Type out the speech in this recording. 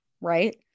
Right